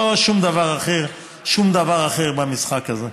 לא שום דבר אחר במשחק הזה.